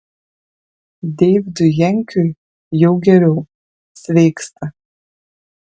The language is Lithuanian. deividui jankiui jau geriau sveiksta